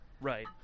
Right